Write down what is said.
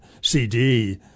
CD